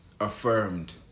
affirmed